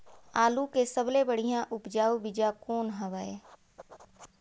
आलू के सबले बढ़िया उपजाऊ बीजा कौन हवय?